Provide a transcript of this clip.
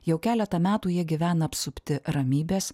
jau keletą metų jie gyvena apsupti ramybės